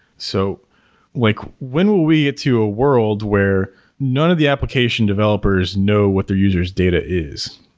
so like when will we get to a world where none of the application developers know what their users' data is?